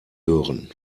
hören